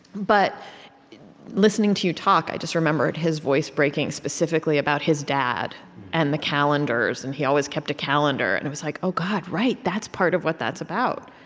but listening to you talk, i just remembered his voice breaking specifically about his dad and the calendars, and he always kept a calendar. and it was like, oh, god, right that's a part of what that's about.